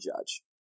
judge